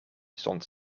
stond